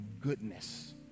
goodness